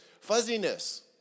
Fuzziness